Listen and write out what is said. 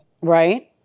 Right